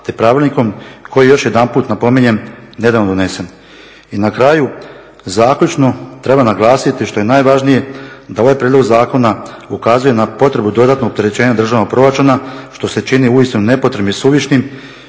te Pravilnikom koji je još jedanput napominjem nedavno donesen. I na kraju zaključno treba naglasiti što je najvažnije da ovaj prijedlog zakona ukazuje na potrebu dodatnog opterećenja državnog proračuna što se čini uistinu nepotrebnim i suvišnim,